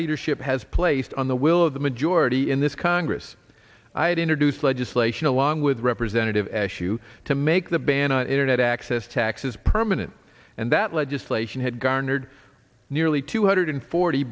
leadership has placed on the will of the majority in this congress i had introduced legislation along with representative eshoo to make the ban on internet access taxes permanent and that legislation had garnered nearly two hundred forty